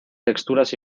texturas